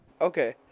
Okay